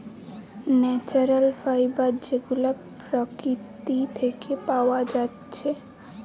natural fibre যেগুলা প্রকৃতি থিকে পায়া যাচ্ছে